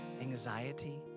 anxiety